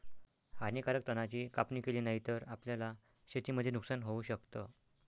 हानीकारक तणा ची कापणी केली नाही तर, आपल्याला शेतीमध्ये नुकसान होऊ शकत